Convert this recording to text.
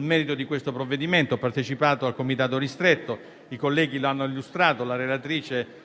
merito di questo provvedimento. Ho partecipato al comitato ristretto, i colleghi l'hanno illustrato, la relatrice